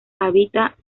habita